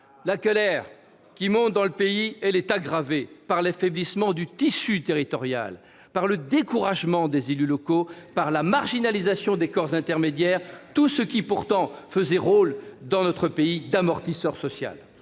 La colère qui monte dans le pays est aggravée par l'affaiblissement du tissu territorial, par le découragement des élus locaux, par la marginalisation des corps intermédiaires, tout ce qui jouait le rôle d'amortisseur social